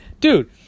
Dude